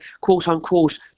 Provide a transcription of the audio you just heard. quote-unquote